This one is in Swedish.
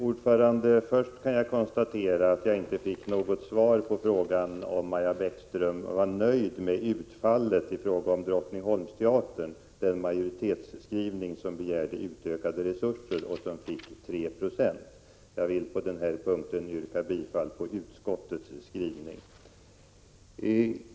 Herr talman! Först kan jag konstatera att jag inte fick något svar på frågan om Maja Bäckström var nöjd med utfallet i fråga om Drottningholmsteatern. I majoritetsskrivningen begärdes utökade resurser, och det blev 3 96. Jag vill på den här punkten ställa mig bakom utskottets skrivning.